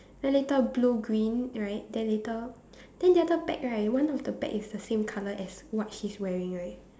then later blue green right then later then the other bag right one of the bag is the same colour as what she's wearing right